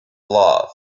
love